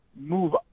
move